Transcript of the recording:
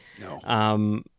No